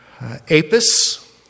Apis